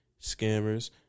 scammers